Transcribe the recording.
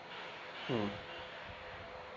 mm